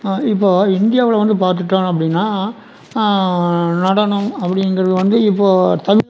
இப்போ இந்தியாவில் வந்து பார்த்துட்டோன்னா அப்படின்னா நடனம் அப்படிங்கிறது வந்து இப்போ தமிழ்நாட்டுக்குள்ளே